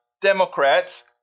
Democrats